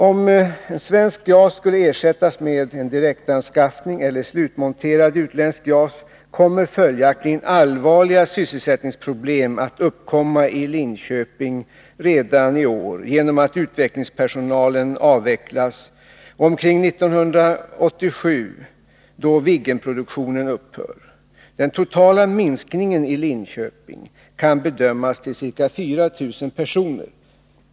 Om en svensk JAS skulle ersättas med en direktanskaffning eller slutmonterad utländsk JAS kommer följaktligen allvarliga sysselsättningsproblem att uppkomma i Linköping redan i år, genom att utvecklingspersonalen avvecklas, och omkring 1987, då Viggenproduktionen upphör. Den totala minskningen i Linköping kan uppskattas till ca 4000 personer.